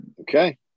Okay